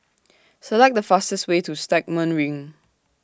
Select The fastest Way to Stagmont Ring